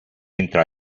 entra